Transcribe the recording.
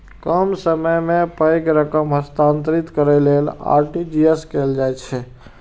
कम समय मे पैघ रकम हस्तांतरित करै लेल आर.टी.जी.एस कैल जाइ छै